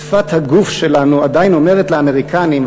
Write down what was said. שפת הגוף שלנו עדיין אומרת לאמריקנים,